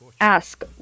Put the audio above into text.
ask